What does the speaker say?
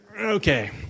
okay